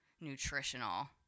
nutritional